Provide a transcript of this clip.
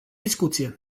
discuție